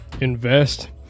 invest